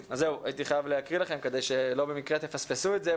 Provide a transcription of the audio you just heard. הייתי חייב להקריא לכם כדי שלא תפספסו את זה במקרה.